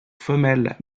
femelles